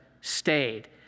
stayed